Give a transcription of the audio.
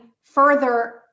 further